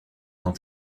quand